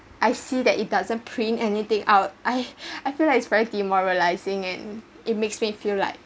I see that it doesn't print anything out I I feel like it's very demoralizing and it makes me feel like